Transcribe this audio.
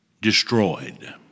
destroyed